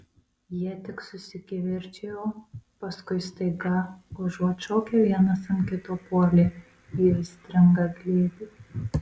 jie tik susikivirčijo paskui staiga užuot šaukę vienas ant kito puolė į aistringą glėbį